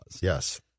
Yes